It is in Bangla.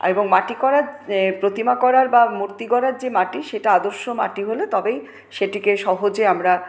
এবং মাটি করার প্রতিমা করার বা মূর্তি গড়ার যে মাটি সেটা আদর্শ মাটি হলে তবেই সেটিকে সহজে আমরা